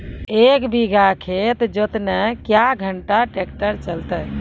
एक बीघा खेत जोतना क्या घंटा ट्रैक्टर चलते?